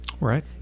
Right